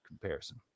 comparison